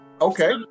Okay